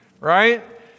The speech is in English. Right